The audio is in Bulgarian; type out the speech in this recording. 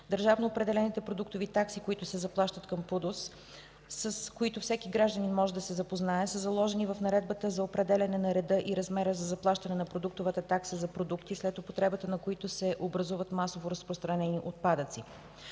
Държавно определените продуктови такси, които се заплащат към ПУДООС, с които всеки гражданин може да се запознае, са заложени в Наредбата за определяне на реда и размера за заплащане на продуктовата такса за продукти след употребата на които се образуват масово разпространени отпадъци.